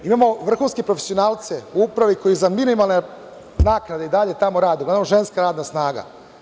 Imamo vrhunske profesionalce u uprave koje za minimalne naknade i dalje tamo rade, uglavnom ženska radna snaga.